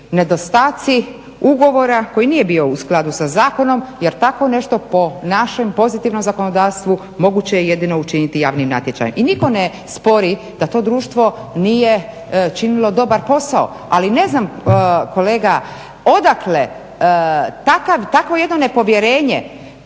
nedostaci ugovora koji nije bio u skladu sa zakonom jer tako nešto po našem pozitivnom zakonodavstvu moguće je jedino učiniti javnim natječajem i nitko ne spori da to društvo nije činilo dobar posao ali ne znam kolega odakle takvo jedno nepovjerenje